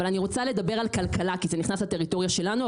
אבל אני רוצה לדבר על כלכלה כי זה נכנס לטריטוריה שלנו,